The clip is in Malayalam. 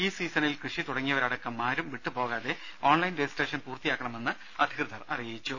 ഈ സീസണിൽ കൃഷിതുടങ്ങിയവരടക്കം ആരും വിട്ടുപോകാതെ ഓൺലൈൻ രജിസ്ട്രേഷൻ പൂർത്തിയാക്കണമെന്ന് അധികൃതർ അറിയിച്ചു